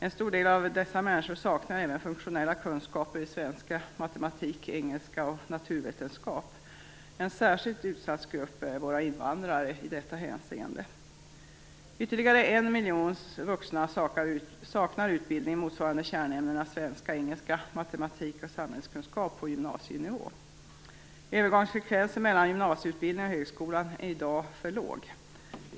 En stor del av dessa människor saknar även funktionella kunskaper i svenska, matematik, engelska och naturvetenskap. En särskild utsatt grupp i detta hänseende är våra invandrare. Ytterligare en miljon vuxna saknar utbildning motsvarande kärnämnena svenska, engelska, matematik och samhällskunskap på gymnasienivå. Övergångsfrekvensen från gymnasieskolan till högskolan är i dag för låg.